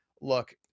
look